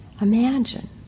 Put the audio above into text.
Imagine